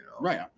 Right